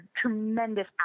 tremendous